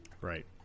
Right